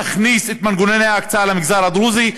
תכניס את מנגנוני ההקצאה למגזר הדרוזי.